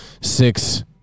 six